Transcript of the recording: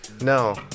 No